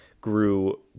grew